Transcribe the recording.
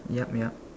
yup ya